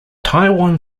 taiwan